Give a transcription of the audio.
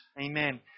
Amen